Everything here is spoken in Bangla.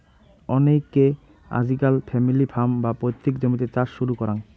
অনেইকে আজকাল ফ্যামিলি ফার্ম, বা পৈতৃক জমিতে চাষ শুরু করাং